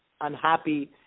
unhappy